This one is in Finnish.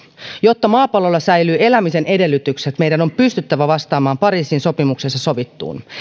jotta maapallolla säilyvät elämisen edellytykset meidän on pystyttävä vastaamaan pariisin sopimuksessa sovittuun